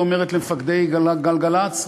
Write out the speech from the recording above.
היא אומרת למפקדי גלגלצ,